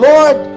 Lord